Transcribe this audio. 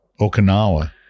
Okinawa